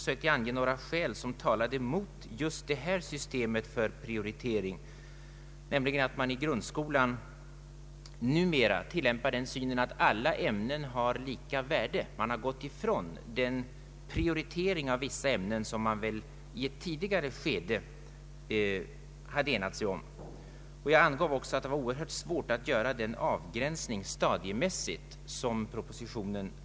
Jag angav några skäl som talade emot just detta system för prioritering, nämligen att man i grundskolan numera tillämpar den synen att alla ämnen har lika värde; man har gått ifrån den prioritering av vissa ämnen som man i ett tidigare skede hade enat sig om. Jag anförde också att det är oerhört svårt att stadiemässigt göra den avgränsning som det talas om i propositionen.